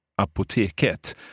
apoteket